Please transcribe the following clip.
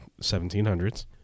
1700s